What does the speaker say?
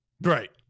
Right